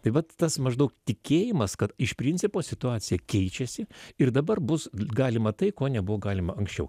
tai vat tas maždaug tikėjimas kad iš principo situacija keičiasi ir dabar bus galima tai ko nebuvo galima anksčiau